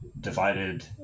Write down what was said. divided